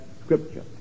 scripture